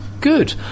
Good